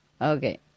Okay